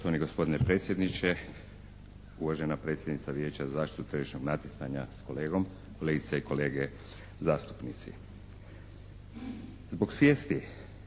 Poštovani gospodine predsjedniče, uvažena predsjednice Vijeća za zaštitu tržišnog natjecanja s kolegom, kolegice i kolege zastupnici. Zbog svijesti